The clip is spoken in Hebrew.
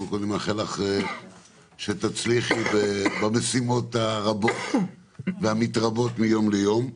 אני קודם כל מאחל לך שתצליחי במשימות הרבות והמתרבות מיום ליום.